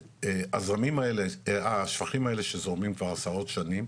השפכים האלה שזורמים כבר עשרות שנים,